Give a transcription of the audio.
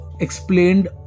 explained